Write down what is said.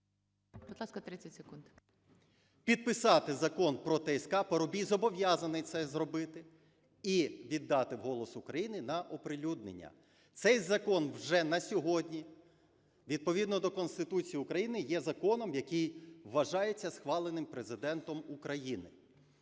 …підписати Закон про ТСК (Парубій зобов'язаний це зробити) і віддати в "Голос України" на оприлюднення. Цей закон вже на сьогодні відповідно до Конституції України є законом, який вважається схваленим Президентом України.